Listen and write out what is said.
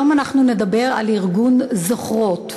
היום אנחנו נדבר על ארגון "זוכרות".